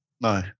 No